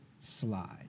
slide